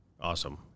Awesome